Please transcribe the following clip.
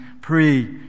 pray